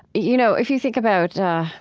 you know, if you think about